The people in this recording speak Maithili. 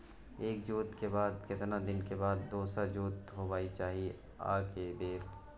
एक जोत के बाद केतना दिन के बाद दोसर जोत होबाक चाही आ के बेर?